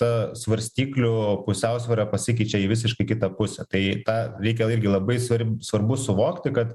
ta svarstyklių pusiausvyra pasikeičia į visiškai kitą pusę tai tą reikia irgi labai svarb svarbu suvokti kad